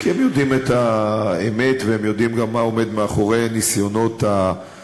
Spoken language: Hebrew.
כי הם יודעים את האמת והם יודעים גם מה עומד מאחורי ניסיונות החרם,